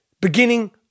beginning